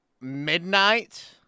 midnight